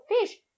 fish